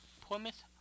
Plymouth